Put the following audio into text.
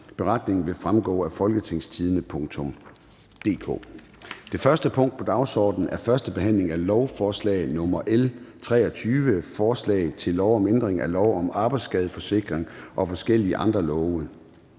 Beretningen vil fremgå af www.folketingstidende.dk. --- Det første punkt på dagsordenen er: 1) 1. behandling af lovforslag nr. L 23: Forslag til lov om ændring af lov om arbejdsskadesikring og forskellige andre love.